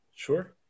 sure